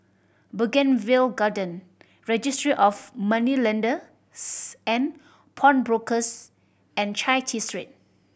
Bougainvillea Garden Registry of Moneylenders and Pawnbrokers and Chai Chee Street